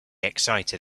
excited